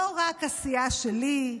לא רק הסיעה שלי,